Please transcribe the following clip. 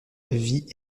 vit